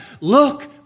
Look